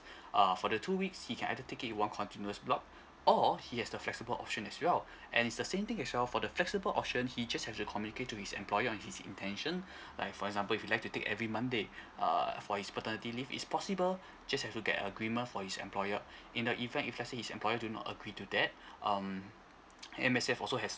uh for the two weeks he can either take it in one continuous block or he has the flexible option as well and it's the same thing as well for the flexible option he just have to communicate to his employer on his intention like for example if you like to take every monday err for his paternity leave it's possible just have to get agreement from his employer in the event if let's say his employer do not agree to that um M_S_F also has